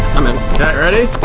i'm in yeah ready